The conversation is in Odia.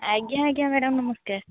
ଆଜ୍ଞା ଆଜ୍ଞା ମ୍ୟାଡ଼ାମ୍ ନମସ୍କାର